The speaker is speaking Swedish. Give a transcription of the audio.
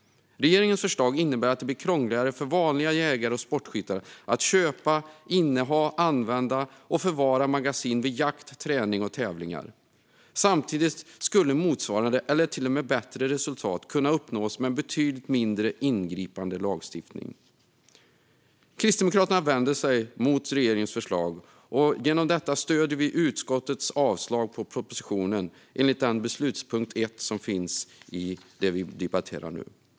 Regeringens förslag innebär att det blir krångligare för vanliga jägare och sportskyttar att köpa, inneha, använda och förvara magasin vid jakt, träning och tävlingar. Samtidigt skulle motsvarande, eller till och med bättre, resultat kunna uppnås med en betydligt mindre ingripande lagstiftning. Kristdemokraterna står inte bakom regeringens förslag. Genom detta stöder vi utskottets avslag på propositionen enligt beslutspunkt 1 i det ärende vi debatterar nu.